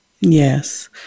Yes